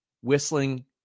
whistling